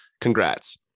Congrats